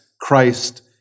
Christ